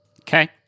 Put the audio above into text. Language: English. Okay